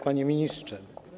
Panie Ministrze!